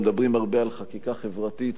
מדברים הרבה על חקיקה חברתית,